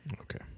Okay